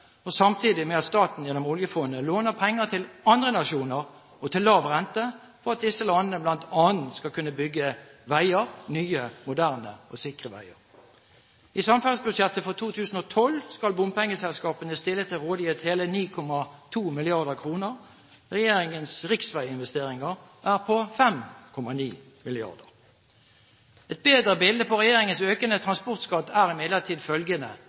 og samtidig med at staten gjennom oljefondet låner penger til andre nasjoner, til lav rente, for at disse landene bl.a. skal kunne bygge veier – nye, moderne og sikre veier. I samferdselsbudsjettet for 2012 skal bompengeselskapene stille til rådighet hele 9,2 mrd. kr. Regjeringens riksveiinvesteringer er på 5,9 mrd. kr. Et bedre bilde på regjeringens økende transportskatt er imidlertid følgende: